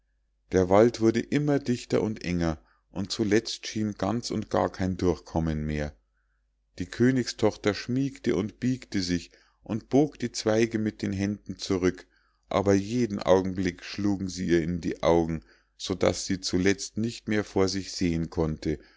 der wald wurde immer dichter und enger und zuletzt schien ganz und gar kein durchkommen mehr die königstochter schmiegte und biegte sich und bog die zweige mit den händen zurück aber jeden augenblick schlugen sie ihr in die augen so daß sie zuletzt nicht mehr vor sich sehen konnte